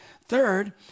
Third